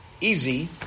easy